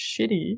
shitty